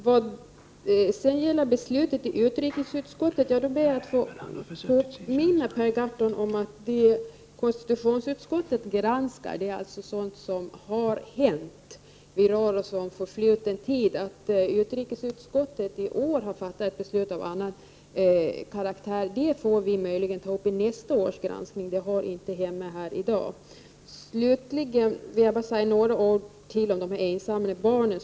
När det gäller beslutet i utrikesutskottet ber jag att få påminna Per Gahrton om att konstitutionsutskottet granskar sådant som har hänt — vi rör oss alltså med förfluten tid. Att utrikesutskottet i år har fattat ett beslut av annan karaktär får vi möjligen ta upp vid nästa års granskning. Den frågan hör inte hemma här i dag. Jag vill avsluta med att säga något om de ensamma barnen.